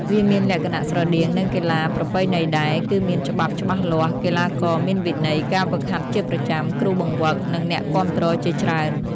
វាមានលក្ខណៈស្រដៀងនឹងកីឡាប្រពៃណីដែរ គឺមានច្បាប់ច្បាស់លាស់ កីឡាករមានវិន័យ ការហ្វឹកហាត់ជាប្រចាំ គ្រូបង្វឹក និងអ្នកគាំទ្រជាច្រើន។